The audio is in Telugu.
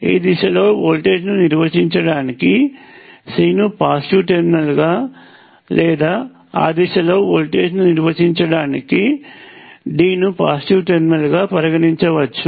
ఈ దిశలో వోల్టేజ్ను నిర్వచించటానికి C ను పాజిటివ్ టెర్మినల్గా లేదా ఆ దిశలో వోల్టేజ్ను నిర్వచించటానికి D నుపాజిటివ్ టెర్మినల్గా పరిగణించవచ్చు